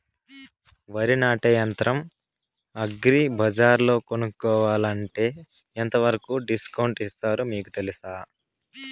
వరి నాటే యంత్రం అగ్రి బజార్లో కొనుక్కోవాలంటే ఎంతవరకు డిస్కౌంట్ ఇస్తారు మీకు తెలుసా?